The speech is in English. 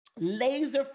laser